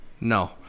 No